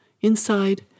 Inside